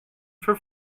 for